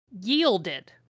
Yielded